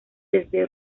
desde